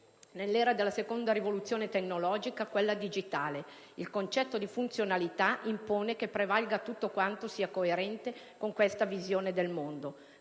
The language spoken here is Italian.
nell'era della seconda rivoluzione tecnologica, quella digitale, il concetto di funzionalità impone che prevalga tutto quanto sia coerente con questa visione del mondo: